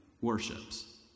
worships